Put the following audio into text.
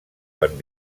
quan